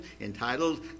entitled